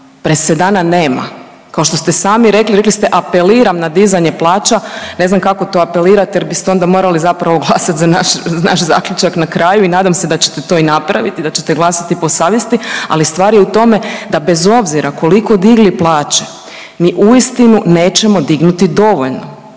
presedana nema, kao što ste sami rekli, rekli ste apeliram na dizanje plaća, ne znam kako to apelirate jer biste onda morali zapravo glasat za naš, naš zaključak na kraju i nadam se da ćete to i napraviti, da ćete glasati po savjesti, ali stvar je u tome da bez obzira koliko digli plaće mi uistinu nećemo dignuti dovoljno.